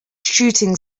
shooting